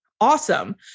awesome